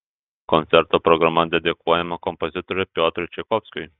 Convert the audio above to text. koncerto programa dedikuojama kompozitoriui piotrui čaikovskiui